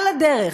על הדרך,